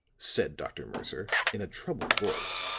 said dr. mercer, in a troubled voice.